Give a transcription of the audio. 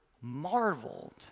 marveled